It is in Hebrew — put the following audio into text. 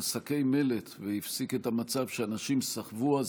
שקי מלט והפסיק את המצב שאנשים סחבו אז,